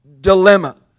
dilemma